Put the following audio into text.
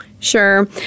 Sure